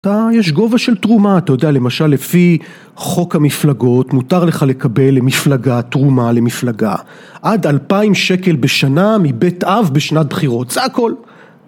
אתה יש גובה של תרומה אתה יודע למשל לפי חוק המפלגות מותר לך לקבל מפלגה תרומה למפלגה עד אלפיים שקל בשנה מבית אב בשנת בחירות זה הכל